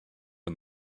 and